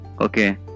okay